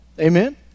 Amen